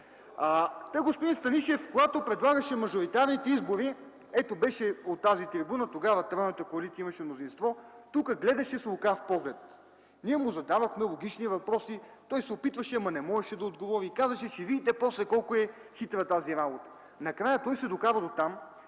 господин Станишев предлагаше мажоритарните избори – ето, беше от тази трибуна, тогава тройната коалиция имаше мнозинство, тук гледаше с лукав поглед. Ние му задавахме логични въпроси, той се опитваше, ама не можеше да отговори и казваше: „Ще видите после колко е хитра тази работа.” Накрая той се докара дотам